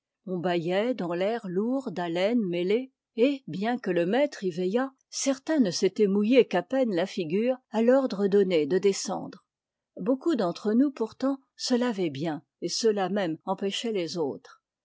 on bâillait dans l'air lourd d'haleines mêlées et bien que le maître y veillât certains ne s'étaient mouillé qu'à peine la figure à l'ordre donné de descendre beaucoup d'entre nous pourtant se lavaient bien et cela même empêchait les autres